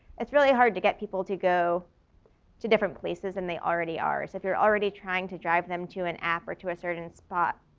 it's really hard to get people to go to different places than and they already are. so if you're already trying to drive them to an app or to a certain spot,